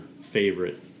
favorite